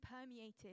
permeated